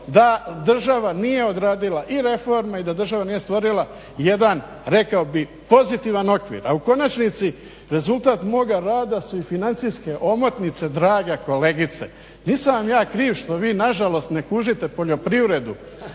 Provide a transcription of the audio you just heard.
da država nije odradila i reforme i da država nije stvorila jedan, rekao bih pozitivan okvir. A u konačnici rezultat moga rada su i financijske omotnice draga kolegice. Nisam vam ja kriv što vi nažalost ne kužite poljoprivredu,